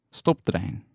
stoptrein